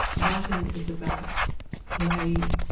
writing is about play,